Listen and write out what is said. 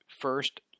first